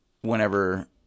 whenever